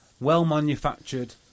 well-manufactured